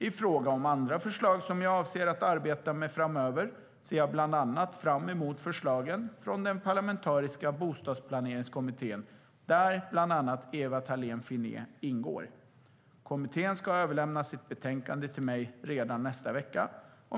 I fråga om andra förslag som jag avser att arbeta med framöver ser jag bland annat fram emot förslagen från den parlamentariska Bostadsplaneringskommittén, där bland andra Ewa Thalén Finné ingår. Kommittén ska överlämna sitt betänkande till mig redan nästa vecka.